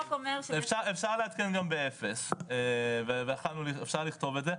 אפשר לעדכן גם באפס, ויכולנו לכתוב את זה.